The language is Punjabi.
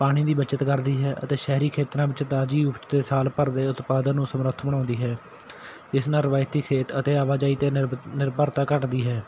ਪਾਣੀ ਦੀ ਬੱਚਤ ਕਰਦੀ ਹੈ ਅਤੇ ਸ਼ਹਿਰੀ ਖੇਤਰਾਂ ਵਿੱਚ ਤਾਜ਼ੀ ਉਫ਼ ਅਤੇ ਸਾਲ ਭਰ ਦੇ ਉਤਪਾਦਨ ਨੂੰ ਸਮਰੱਥ ਬਣਾਉਂਦੀ ਹੈ ਇਸ ਨਾਲ ਰਵਾਇਤੀ ਖੇਤ ਅਤੇ ਆਵਾਜਾਈ 'ਤੇ ਨਿਰਭ ਨਿਰਭਰਤਾ ਘੱਟਦੀ ਹੈ